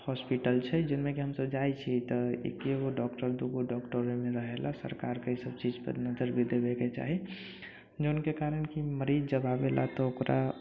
hospital छै जाहिमे कि हम सभ जाइ छी तऽ एगो डॉक्टर दू गो डॉक्टर ओहिमे रहेला सरकारके इसभ चीज पर नजरि भी देबैके चाही जाहि के कारण मरीज जब आबेला तऽ ओकरा